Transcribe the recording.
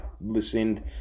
listened